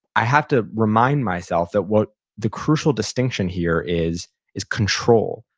i have to remind myself that what the crucial distinction here is is control.